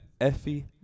Effie